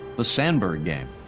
the sandberg game.